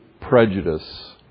prejudice